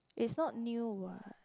it's not new what